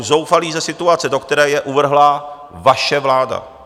Jsou zoufalí ze situace, do které je uvrhla vaše vláda!